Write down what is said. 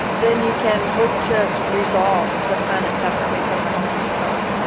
then you can hope to resolve the planet separately from the host star.